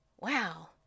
wow